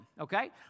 okay